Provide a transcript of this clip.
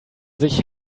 sich